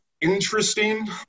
interesting